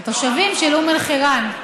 תושבים של אום אל-חיראן.